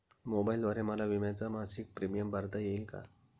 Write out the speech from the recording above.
मोबाईलद्वारे मला विम्याचा मासिक प्रीमियम भरता येईल का?